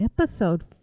episode